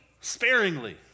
sparingly